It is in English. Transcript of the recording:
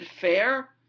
fair